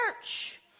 church